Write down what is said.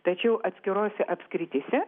tačiau atskirose apskrityse